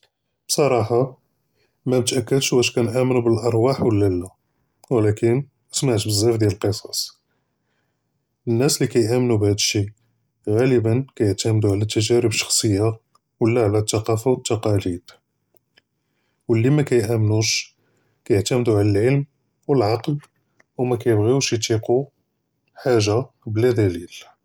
בְּصַרָחָה מָאמְתַאכֵּדְש וַאש כַּאנְאַמְּן בְּאֶלְאַרוּח וְלָא לָא וְלָקִין סְמְעְת בְּזַאף דִּיַאל אֶלְקִּסָּאס, אֶלְנָּאס לִי כַּאיְאַמְּנוּ בְּהַאדּ אֶשִּׁי גַלְבַּאן כַּאיְעְתַמְדּוּ עַלַא אֶלְתַּגָּارִיב אֶלְשְּׁخְصִיָּה וְלָא עַלַא אֶלְתַּקָּאפוּ וְאֶלְתַּקָּלִיד, וְלִי מַאקַאיְאַמְּנּוּש כַּאיְעְתַמְדוּ עַלַא אֶלְעֶלְם וְאֶלְעַקְל וְמַאקַאיְבְּחוּש יְתַיְּקוּ חַאגָ'ה בְּלָא דַּלִיל.